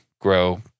grow